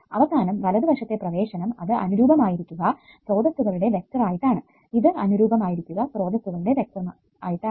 അവസാനം വലതു വശത്തെ പ്രവേശനം ഇത് അനുരൂപമായിരിക്കുക സ്രോതസ്സുകളുടെ വെക്റ്റർ ആയിട്ടാണ് ഇത് അനുരൂപമായിരിക്കുക സ്രോതസ്സുകളുടെ വെക്റ്റർ ആയിട്ടാണ്